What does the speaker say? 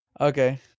Okay